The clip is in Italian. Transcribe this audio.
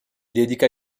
dedica